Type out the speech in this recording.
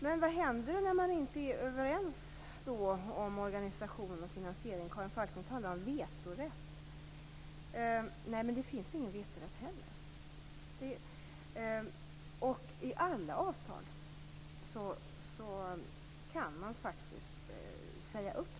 Men vad händer när man inte är överens om organisation och finansiering? Karin Falkmer talar om vetorätt. Det finns ingen vetorätt heller. Alla avtal kan man faktiskt säga upp.